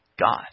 God